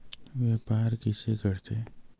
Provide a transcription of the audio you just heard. व्यापार कइसे करथे?